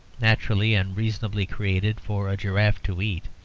naturally and reasonably created for a giraffe to eat,